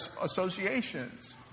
associations